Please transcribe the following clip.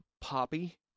poppy